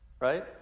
right